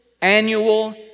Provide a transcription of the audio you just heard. annual